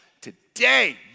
today